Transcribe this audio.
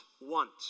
want